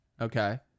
Okay